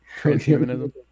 Transhumanism